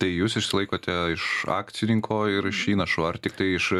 tai jūs išsilaikote iš akcininko ir iš įnašų ar tiktai iš